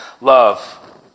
love